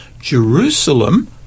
jerusalem